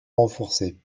renforcés